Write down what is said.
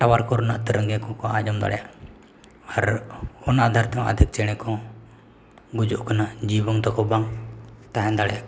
ᱠᱚ ᱨᱮᱱᱟᱜ ᱛᱮᱨᱚᱝᱜᱟ ᱠᱚᱠᱚ ᱟᱸᱡᱚᱢ ᱫᱟᱲᱮᱭᱟᱜᱼᱟ ᱟᱨ ᱚᱱᱟ ᱟᱫᱷᱟᱨ ᱛᱮᱦᱚᱸ ᱟᱫᱷᱮᱠ ᱪᱮᱬᱮ ᱠᱚᱦᱚᱸ ᱜᱩᱡᱩᱜ ᱠᱟᱱᱟ ᱡᱤᱣᱤ ᱠᱚ ᱛᱟᱠᱚ ᱵᱟᱝ ᱛᱟᱦᱮᱸ ᱫᱟᱲᱮᱭᱟᱜ ᱠᱟᱱᱟ